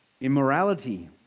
immorality